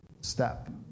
step